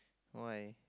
why